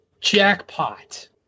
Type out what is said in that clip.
Jackpot